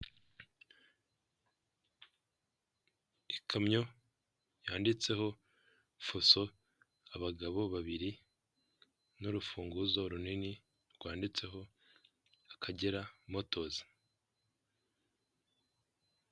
Ogisisi foiri biro akaba ari ibiro bifasha abaza kuvunjisha amafaranga yabo bayakura mu bwoko runaka bw'amafaranga bayashyira mu bundi bwoko runaka bw'amafaranga, aha turabonamo mudasobwa, turabonamo n'umugabo wicaye ategereje gufasha abakiriya baza kuvunjisha amafaranga yawe.